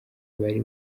bari